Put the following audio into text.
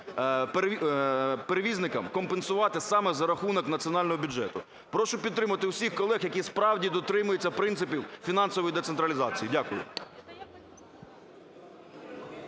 перевізникам компенсувати саме за рахунок національного бюджету. Прошу підтримати усіх колег, які справді дотримуються принципів фінансової децентралізації. Дякую.